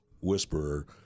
whisperer